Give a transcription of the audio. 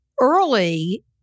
early